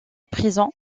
prison